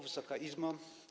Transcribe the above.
Wysoka Izbo!